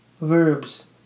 verbs